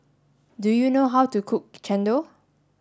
do you know how to cook Chendol